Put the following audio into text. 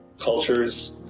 cultures,